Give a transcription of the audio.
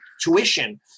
tuition